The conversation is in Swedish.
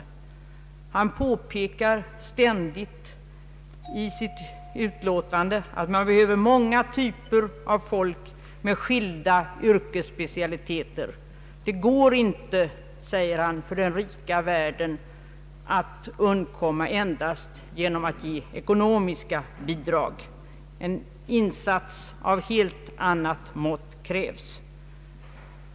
Kommittén påpekar ständigt i sitt utlåtande att biståndsarbetet behöver många typer av folk med skilda yrkesspecialiteter. Det går inte, säger man, för den rika världen att undkomma endast genom att ge ekonomiska bidrag. En insats av helt annat mått krävs.